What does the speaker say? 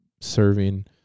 serving